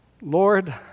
Lord